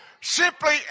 simply